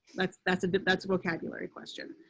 that's, that's a bit that's vocabulary question.